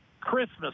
Christmas